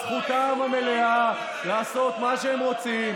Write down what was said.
אז זכותם המלאה לעשות מה שהם רוצים.